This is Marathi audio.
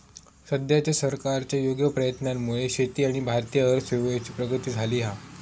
सद्याच्या सरकारच्या योग्य प्रयत्नांमुळे शेती आणि भारतीय अर्थव्यवस्थेची प्रगती झाली हा